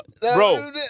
bro